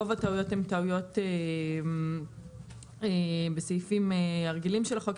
רוב הטעויות הן טעויות בסעיפים הרגילים של החוק.